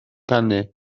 canu